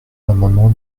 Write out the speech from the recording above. l’amendement